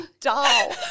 doll